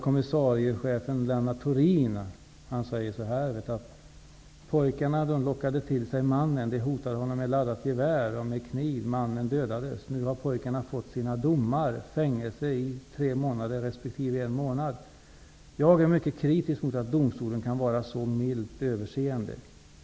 Kommissarie Lennart Thorin säger så här: ''Pojkarna lockade till sig mannen. De hotade honom med ett laddat gevär och med kniv. Mannen dödades. Nu har pojkarna fått sina domar: Fängelse i 3 månader respektive 1 --Jag är mycket kritisk mot att domstolen kan vara så milt överseende.